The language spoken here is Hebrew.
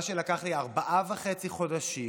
מה שלקח לי 4.5 חודשים